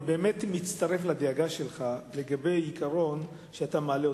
אני באמת מצטרף לדאגה שלך לגבי העיקרון שאתה מעלה.